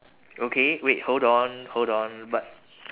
okay wait hold on hold on but